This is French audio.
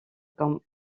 comme